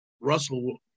Russell